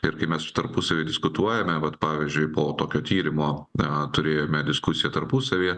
ir kai mes tarpusavy diskutuojame vat pavyzdžiui po tokio tyrimo a turėjome diskusiją tarpusavyje